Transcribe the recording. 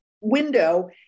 window